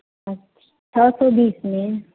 अच्छ छः सौ बीस में